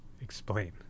Explain